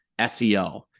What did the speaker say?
SEO